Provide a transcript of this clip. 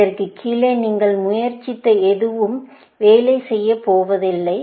இதற்கு கீழே நீங்கள் முயற்சித்த எதுவும் வேலை செய்ய போவதில்லை